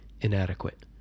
inadequate